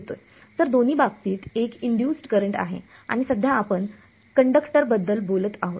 तर दोन्ही बाबतीत एक इंड्युसड् करंट आहे आणि सध्या आपण कंडक्टरबद्दल बोलत आहोत